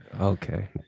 okay